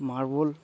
marble